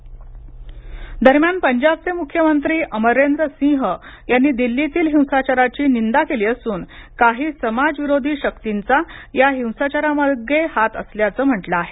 पंजाब मुख्यमंत्री दरम्यान पंजाबचे मुख्यमंत्री अमरेंद्र सिंह यांनी दिल्लीतील हिंसाचाराची निंदा केली असूनकाही समाजविरोधी शक्तींचा या हिंसाचारामागे हात असल्याचं म्हंटल आहे